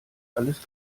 alles